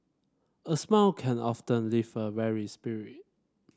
a smile can often lift a weary spirit